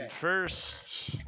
first